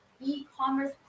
e-commerce